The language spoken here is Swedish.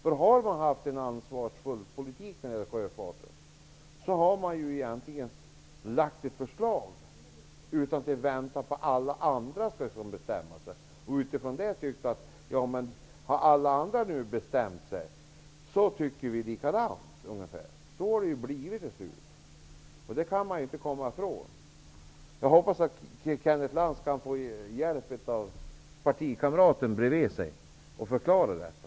Om man hade haft en ansvarsfull sjöfartspolitik, skulle man egentligen ha lagt fram ett förslag utan att vänta på vad alla andra bestämmer sig för. Det verkar som man har tänkt att när nu har alla andra bestämt sig för en viss riktning, kan man instämma. Så har det ju blivit, och det går inte att komma ifrån. Jag hoppas att Kenneth Lantz kan få hjälp av sin partikamrat bredvid med en förklaring av detta.